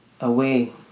away